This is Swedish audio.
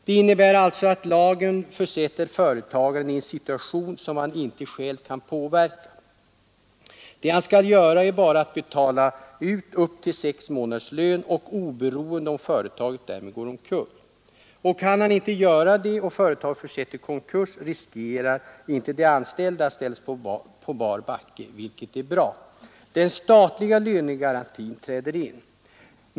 Det innebär alltså att lagen försätter företagaren i en situation som han inte själv kan påverka. Det han skall göra är bara att betala ut upp till 6 månaders lön och oberoende av om företaget därmed går omkull. Och kan han inte göra det och företaget försätts i konkurs riskeras inte att de anställda ställs på bar backe, vilket är bra. Den statliga lönegarantin träder in.